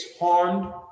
harmed